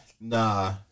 nah